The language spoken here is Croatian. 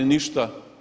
Ništa.